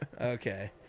Okay